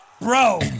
Bro